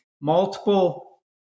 multiple